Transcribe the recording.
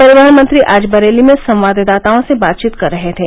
परिवहन मंत्री आज बरेली में संवाददाताओं से बातचीत कर रहे थे